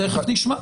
תכף נשמע.